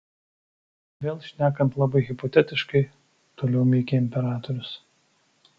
vėl šnekant labai hipotetiškai toliau mykė imperatorius